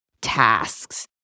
tasks